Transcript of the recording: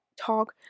talk